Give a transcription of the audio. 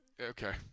okay